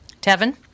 Tevin